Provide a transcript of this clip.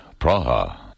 Praha